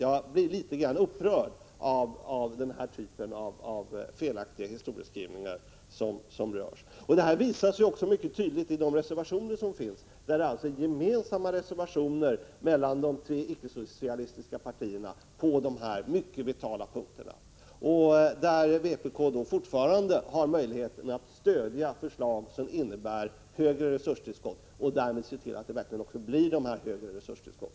Jag blir litet upprörd av den här typen av felaktig historieskrivning. Det här visar sig mycket tydligt i de reservationer som finns. De tre icke-socialistiska partierna har gemensamma reservationer på dessa mycket vitala punkter. Vpk har fortfarande möjligheten att stödja förslag som innebär större resurstillskott och därmed se till att det verkligen blir större resurstillskott.